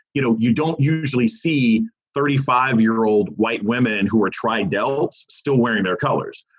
you know you don't usually see thirty five year old white women who are tri delts still wearing their colors.